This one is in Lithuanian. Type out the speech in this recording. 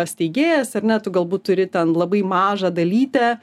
steigėjas ar ne tu galbūt turi ten labai mažą dalytę